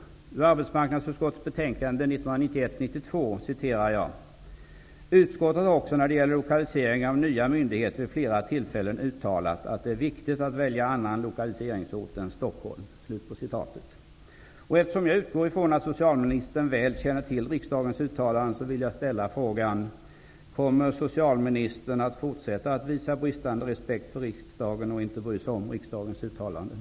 Jag citerar ur arbetsmarknadutskottets betänkande 1991/92: ''Utskottet har också när det gäller lokalisering av nya myndigheter vid flera tillfällen uttalat att det är viktigt att välja annan lokaliseringsort än Eftersom jag utgår från att socialministern väl känner till riksdagens uttalande vill jag ställa frågan: Kommer socialministern att fortsätta att visa bristande respekt för riksdagen och inte bry sig om riksdagens uttalanden?